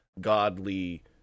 godly